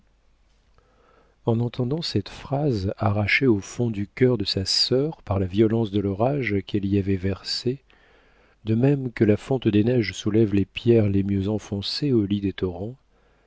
en entendant cette phrase arrachée au fond du cœur de sa sœur par la violence de l'orage qu'elle y avait versé de même que la fonte des neiges soulève les pierres les mieux enfoncées au lit des torrents